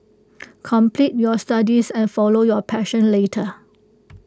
complete your studies and follow your passion later